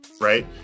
Right